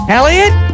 Elliot